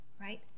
right